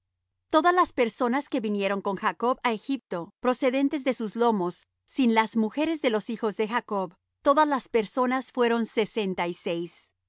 todas las personas que vinieron con jacob á egipto procedentes de sus lomos sin las mujeres de los hijos de jacob todas las personas fueron sesenta y seis